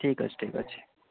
ଠିକ୍ ଅଛି ଠିକ୍ ଅଛି